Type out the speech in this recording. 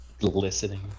Listening